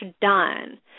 done